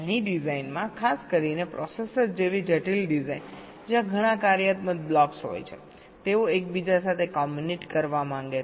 ઘણી ડિઝાઇનમાં ખાસ કરીને પ્રોસેસર જેવી જટિલ ડિઝાઇન જ્યાં ઘણા કાર્યાત્મક બ્લોક્સ હોય છે તેઓ એકબીજા સાથે કોમ્યુનિકેટ કરવા માંગે છે